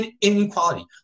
inequality